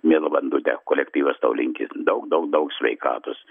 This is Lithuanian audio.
miela vandute kolektyvas tau linki daug daug daug sveikatos